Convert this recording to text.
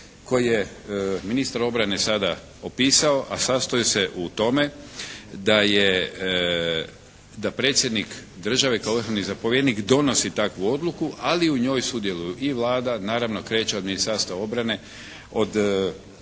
koji je ministar obrane sada opisao, a sastoji se u tome da je, da predsjednik države kao vrhovni zapovjednik donosi takvu odluku ali u njoj sudjeluju i Vlada, naravno kreće od Ministarstva obrane,